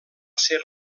ser